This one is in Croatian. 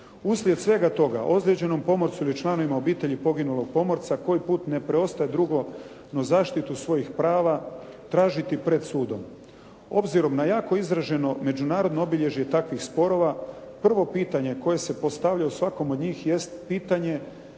Uslijed svega toga ozlijeđenom pomorcu ili članovima obitelji poginulog pomorca koji put ne preostaje drugo no zaštitu svojih prava tražiti pred sudom. Obzirom na jako izraženo međunarodno obilježje takvih sporova prvo pitanje koje se postavlja u svakom od njih jest pitanje